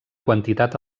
quantitat